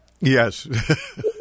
Yes